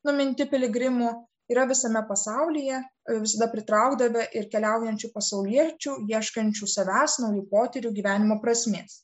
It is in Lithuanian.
numinti piligrimų yra visame pasaulyje visada pritraukdavę ir keliaujančių pasauliečių ieškančių savęs naujų potyrių gyvenimo prasmės